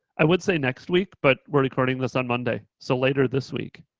i would say next week, but we're recording this on monday. so later this week.